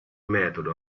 metodo